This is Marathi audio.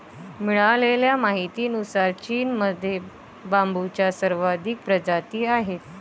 मिळालेल्या माहितीनुसार, चीनमध्ये बांबूच्या सर्वाधिक प्रजाती आहेत